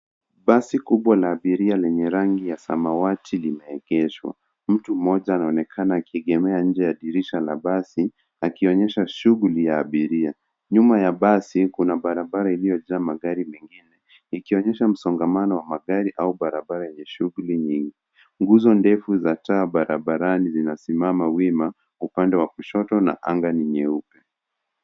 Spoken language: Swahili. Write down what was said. Basi kubwa la abiria lenye rangi ya samawati, limeegeshwa. Mtu mmoja anaonekana akiegemea nje ya dirisha la basi, akionyesha shughuli ya abiria. Nyuma ya basi kuna barabara iliyojaa magari mengine. Ikionyesha msongamano wa magari au barabara yenye shughuli nyingi. Nguzo ndefu za taa barabarani zinasimama wima ,upande wa kushoto na anga ni nyeupe.